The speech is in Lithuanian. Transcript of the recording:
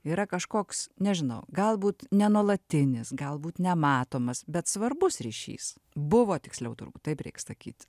yra kažkoks nežinau galbūt nenuolatinis galbūt nematomas bet svarbus ryšys buvo tiksliau turbūt taip reik sakyt